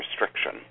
restriction